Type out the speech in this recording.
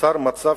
נוצר מצב,